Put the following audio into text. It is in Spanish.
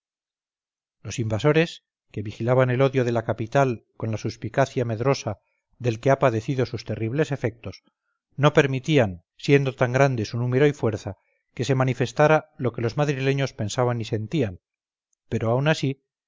los invasores que vigilaban el odio de la capital con la suspicacia medrosa del que ha padecido sus terribles efectos no permitían siendo tan grande su número y fuerza que se manifestara lo que los madrileños pensaban y sentían pero aun así